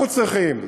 אנחנו צריכים,